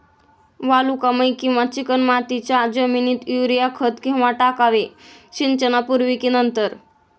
वालुकामय किंवा चिकणमातीच्या जमिनीत युरिया खत केव्हा टाकावे, सिंचनापूर्वी की नंतर?